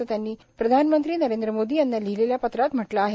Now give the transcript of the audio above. असं त्यांनी प्रधानमंत्री नरेंद्र मोदी यांना लिहीलेल्या पत्रात म्हटलं आहे